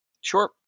Sure